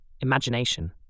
imagination